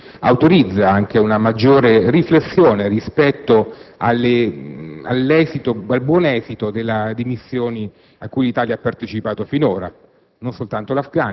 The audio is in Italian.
e, quindi, autorizza anche una maggiore riflessione rispetto al buon esito di missioni a cui l'Italia ha partecipato finora;